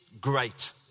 great